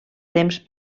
temps